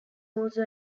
also